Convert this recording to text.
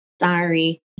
Sorry